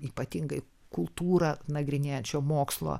ypatingai kultūrą nagrinėjančio mokslo